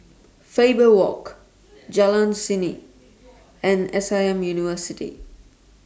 Faber Walk Jalan Seni and S I M University